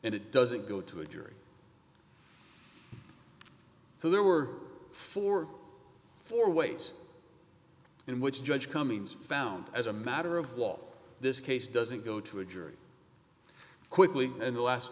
and it doesn't go to a jury so there were forty four ways in which judge cummings found as a matter of law this case doesn't go to a jury quickly in the last